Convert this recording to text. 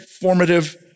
formative